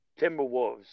Timberwolves